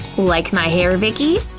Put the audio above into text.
like my hair, vicky?